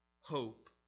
hope